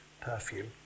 perfume